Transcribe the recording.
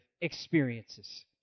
experiences